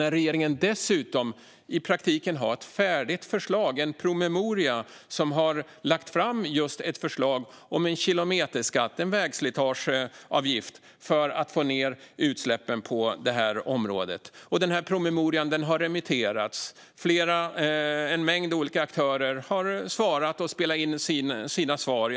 Regeringen har dessutom i praktiken ett färdigt förslag, en promemoria, där man lägger fram just ett förslag om en kilometerskatt eller en vägslitageavgift för att få ned utsläppen på det här området. Denna promemoria har remitterats, och en rad olika aktörer har spelat in sina svar.